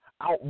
out